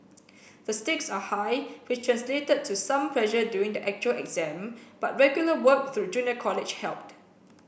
the stakes are high which translated to some pressure during the actual exam but regular work through junior college helped